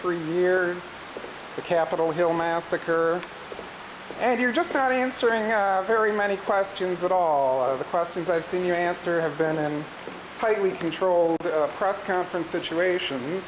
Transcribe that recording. three years the capitol hill massacre and you're just not answering have very many questions that all of the questions i've seen you answer have been a tightly controlled